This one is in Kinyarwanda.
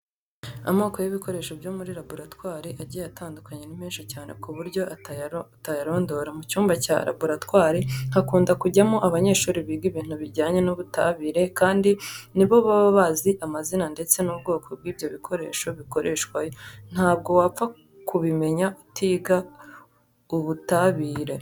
Amoko y'ibikoresho byo muri raboratwari agiye atandukanye ni menshi cyane ku buryo utayarondora. Mu cyumba cya raboratwari hakunda kujyamo abanyeshuri biga ibintu bijyanye n'ubutabire kandi ni bo baba bazi amazina ndetse n'ubwoko bw'ibyo bikoresho bikoreshwayo. Ntabwo wapfa kubimenya utiga ubutabire.